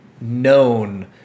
known